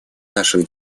наших